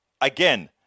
Again